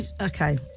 Okay